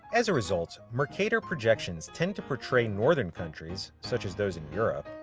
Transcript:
as a result, mercator projections tend to portray northern countries, such as those in europe,